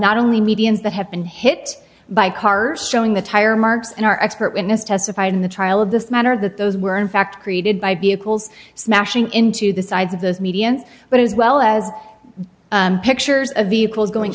not only mediums that have been hit by cars showing the tire marks in our expert witness testify in the trial of this man or that those were in fact created by vehicles smashing into the sides of the median but as well as pictures of vehicles going